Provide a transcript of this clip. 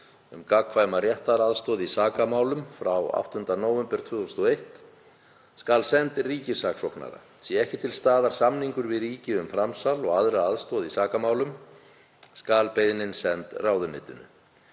um gagnkvæma réttaraðstoð í sakamálum frá 8. nóvember 2001 skal send ríkissaksóknara. Sé ekki til staðar samningur við ríki um framsal og aðra aðstoð í sakamálum skal beiðnin send ráðuneytinu.